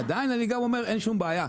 עדיין אין שום בעיה,